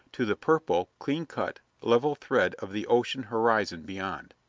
to the purple, clean-cut, level thread of the ocean horizon beyond.